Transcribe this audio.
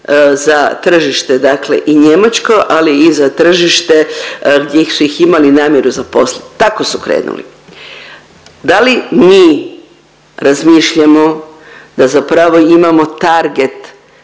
za tržište dakle i njemačko ali i za tržište gdje su ih imali namjeru zaposliti. Tako su krenuli. Da li mi razmišljamo da zapravo imamo target